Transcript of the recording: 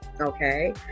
Okay